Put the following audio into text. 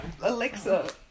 Alexa